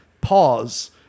pause